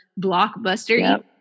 blockbuster